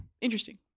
interesting